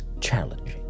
challenging